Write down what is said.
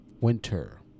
winter